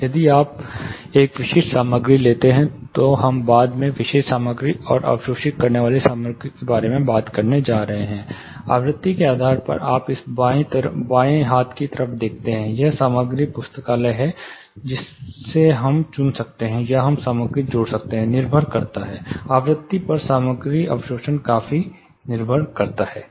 इसलिए यदि आप एक विशिष्ट सामग्री लेते हैं तो हम बाद में विशिष्ट सामग्री और अवशोषित करने वाली सामग्री के बारे में बात करने जा रहे हैं आवृत्ति के आधार पर आप इस बाएं हाथ की तरफ देखते हैं एक सामग्री पुस्तकालय है जिसमें से हम चुन सकते हैं या हम सामग्री जोड़ सकते हैं निर्भर करता है आवृत्ति पर सामग्री अवशोषण काफी निर्भर करता है